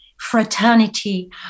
fraternity